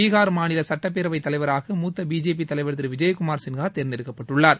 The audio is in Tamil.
பீகார் மாநில சட்டப் பேரவை தலைவராக மூத்த பிஜேபி தலைவர் திரு விஜயகுமார் சின்ஹா தேர்ந்தெடுக்கப்பட்டுள்ளார்